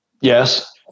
Yes